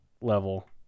level